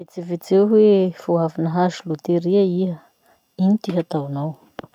Vetsivetseo hoe vo avy nahazo loteria iha. Ino ty hataonao?